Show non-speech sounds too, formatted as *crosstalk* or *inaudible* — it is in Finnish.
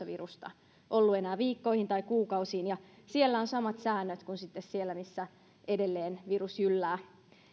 *unintelligible* virusta ollut enää viikkoihin tai kuukausiin ja siellä on samat säännöt kuin sitten siellä missä edelleen virus jyllää